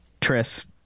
tris